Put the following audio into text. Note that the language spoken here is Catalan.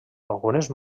algunes